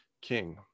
king